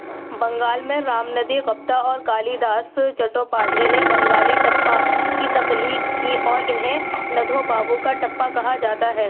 بنگال میں رام ندھی گپتا اور کالی داس چٹوپادھے نے بنگالی ٹپا کی تخلیق کی اور انہیں ندھو بابو کا ٹپا کہا جاتا ہے